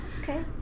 okay